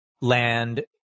land